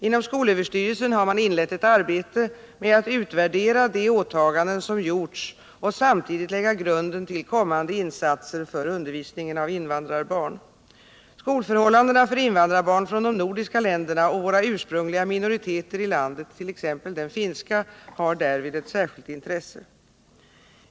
Inom skolöverstyrelsen har man inlett ett arbete med att utvärdera de åtaganden som gjorts och samtidigt lägga grunden till kommande insatser för undervisningen av invandrarbarn. Skolförhållandena för invandrarbarn från de nordiska länderna och våra ursprungliga minoriteter i landet, t.ex. den finska, har därvid ett särskilt intresse.